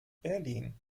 berlin